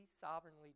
sovereignly